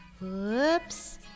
Whoops